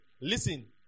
Listen